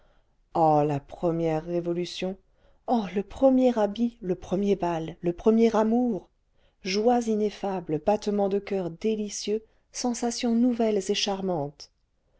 oh la première révolution oh le premier habit le premier bal le premier amour joies ineffables battements de coeur délicieux sensations nouvelles et charmantes